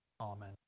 Amen